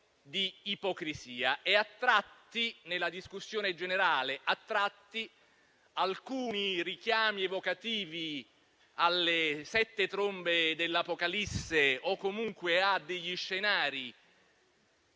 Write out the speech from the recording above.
di ipocrisia. A tratti, nella discussione generale, alcuni richiami evocativi alle sette trombe dell'apocalisse o comunque a scenari